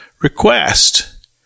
request